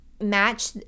match